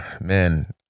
man